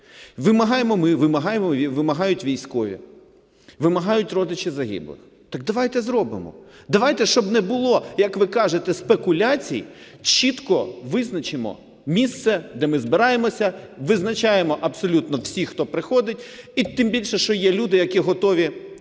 вимагають військові, вимагають родичі загиблих – так давайте зробимо. Давайте, щоб не було, як ви кажете, спекуляцій, чітко визначимо місце, де ми збираємося, визначаємо абсолютно всіх, хто приходить, і тим більше, що є люди, які готові